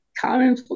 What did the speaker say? common